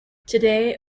today